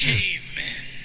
Cavemen